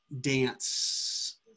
dance